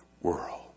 world